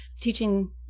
teaching